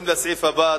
לסעיף הבא,